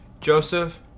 joseph